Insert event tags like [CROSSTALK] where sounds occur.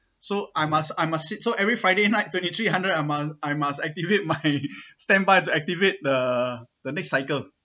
so I must I must sit so every friday night [LAUGHS] twenty three hundred I must I must activate [LAUGHS] my standby to activate the the next cycle